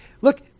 look